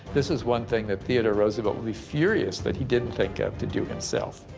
this is one thing that theodore roosevelt would be furious that he didn't think of to do himself.